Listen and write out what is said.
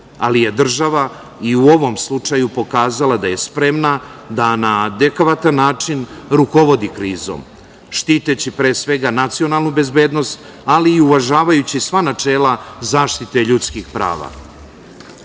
ali je država i u ovom slučaju pokazala da je spremna da na adekvatan način rukovodi krizom, štiteći pre svega nacionalnu bezbednost, ali i uvažavajući sva načela zaštite ljudskih prava. Srbija